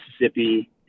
Mississippi